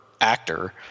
actor